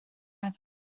meddwl